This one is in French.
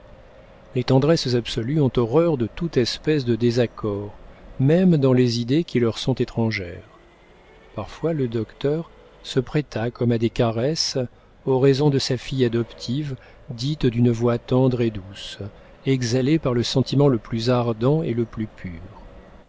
les tendresses absolues ont horreur de toute espèce de désaccord même dans les idées qui leur sont étrangères parfois le docteur se prêta comme à des caresses aux raisons de sa fille adoptive dites d'une voix tendre et douce exhalées par le sentiment le plus ardent et le plus pur